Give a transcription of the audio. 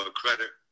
credit